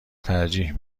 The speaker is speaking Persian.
ترجیح